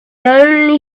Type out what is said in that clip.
only